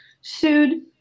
sued